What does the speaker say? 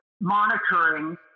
monitoring